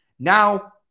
Now